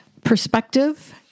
perspective